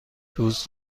دوست